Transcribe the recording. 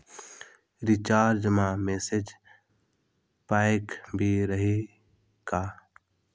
Recharge मा message pack भी रही का?